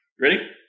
ready